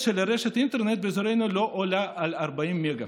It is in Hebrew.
של רשת האינטרנט באזורנו לא עולה על 40 מגה.